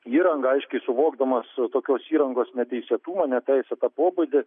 įranga aiškiai suvokdamas tokios įrangos neteisėtumą neteisėtą pobūdį